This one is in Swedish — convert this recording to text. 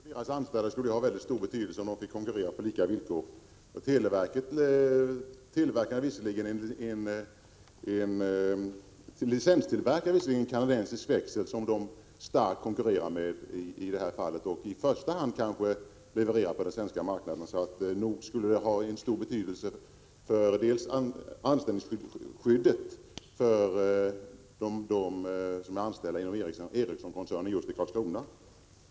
Fru talman! För Ericsson och de anställda där skulle det ha stor betydelse om de fick konkurrera på lika villkor. Televerket licenstillverkar visserligen en kanadensisk växel som man starkt konkurrerar med i detta fall och i första hand levererar på den svenska marknaden. En fri konkurrens skulle ha stor betydelse för anställningsskyddet hos de anställda inom Ericssonkoncernen i Karlskrona.